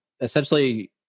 essentially